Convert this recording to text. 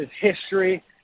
history